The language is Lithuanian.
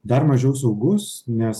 dar mažiau saugus nes